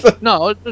No